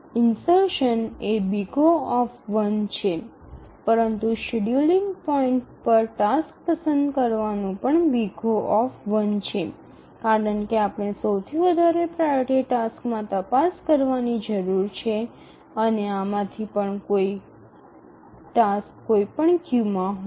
insertion એ O છે પરંતુ શેડ્યૂલિંગ પોઇન્ટ પર ટાસ્ક પસંદ કરવાનું પણ O છે કારણ કે આપણે સૌથી વધારે પ્રાઓરિટી ટાસ્ક માં તપાસ કરવાની જરૂર છે અને આમાંથી પણ કોઈ ટાસ્ક કોઈપણ ક્યૂમાં હોય